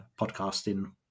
podcasting